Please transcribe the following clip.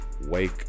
Wake